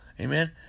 Amen